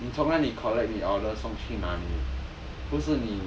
你从哪里 collect 你 order 送去哪里